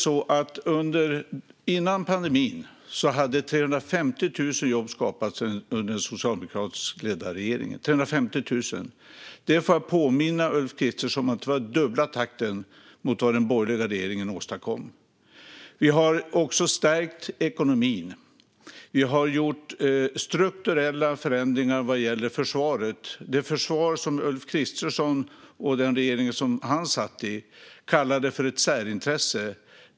Före pandemin hade 350 000 jobb skapats under den socialdemokratiskt ledda regeringen. Låt mig påminna Ulf Kristersson om att det var dubbla takten mot vad den borgerliga regeringen åstadkom. Vi har också stärkt ekonomin. Vi har gjort strukturella förändringar vad gäller försvaret - det försvar som Ulf Kristersson och den regering som han satt i kallade för ett särintresse.